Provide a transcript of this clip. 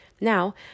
Now